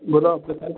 बोला आपल्याला काय